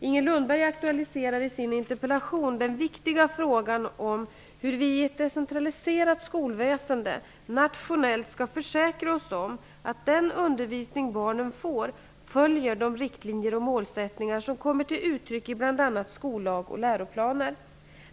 Inger Lundberg aktualiserar i sin interpellation den viktiga frågan hur vi i ett decentraliserat skolväsende nationellt skall försäkra oss om att den undervisning barnen får följer de riktlinjer och målsättningar som kommer till uttryck i bl.a. skollag och läroplaner.